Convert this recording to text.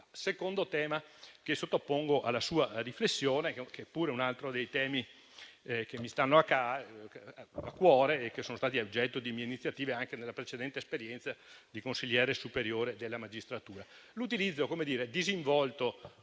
secondo tema che sottopongo alla sua riflessione, che pure è una delle questioni che mi stanno a cuore e che sono state oggetto di mie iniziative anche nella precedente esperienza di consigliere superiore della magistratura. Mi riferisco all'utilizzo disinvolto